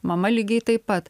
mama lygiai taip pat